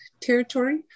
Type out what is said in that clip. territory